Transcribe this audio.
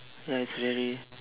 ya it's very